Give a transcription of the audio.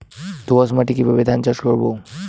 দোয়াস মাটি কিভাবে ধান চাষ করব?